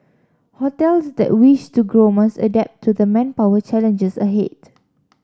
hotels that wish to grow must adapt to the manpower challenges ahead